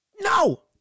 No